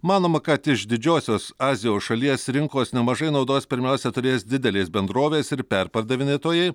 manoma kad iš didžiosios azijos šalies rinkos nemažai naudos pirmiausia turės didelės bendrovės ir perpardavinėtojai